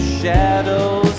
shadows